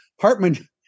Hartman